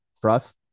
trust